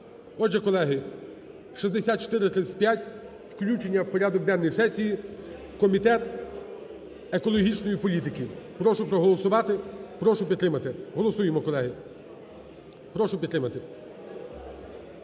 колеги, 6435, включення у порядок денний сесії, Комітет екологічної політики. Прошу проголосувати, прошу підтримати. Голосуємо, колеги! Прошу підтримати.